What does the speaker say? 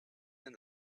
bien